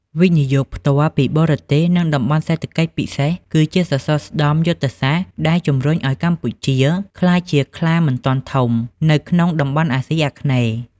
វិនិយោគផ្ទាល់ពីបរទេស និងតំបន់សេដ្ឋកិច្ចពិសេស គឺជាសសរស្តម្ភយុទ្ធសាស្ត្រដែលជំរុញឱ្យកម្ពុជាក្លាយជា "ខ្លាមិនទាន់ធំ" នៅក្នុងតំបន់អាស៊ីអាគ្នេយ៍។